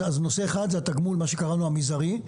נושא אחד הוא התגמול, זה שקראנו לו המזערי.